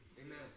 Amen